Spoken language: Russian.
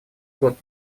год